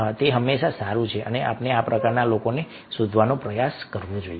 તે હંમેશા સારું છે અને આપણે આ પ્રકારના લોકોને શોધવાનો પ્રયાસ કરવો જોઈએ